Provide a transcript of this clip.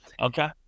Okay